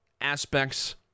aspects